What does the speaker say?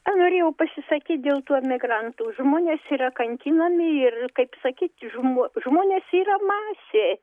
norėjau pasisakyt dėl to emigrantų žmonės yra kankinami ir kaip sakyt žmo žmonės yra masė